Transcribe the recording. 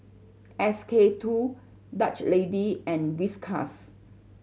S K Two Dutch Lady and Whiskas